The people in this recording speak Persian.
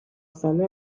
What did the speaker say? ساله